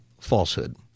falsehood